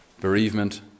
bereavement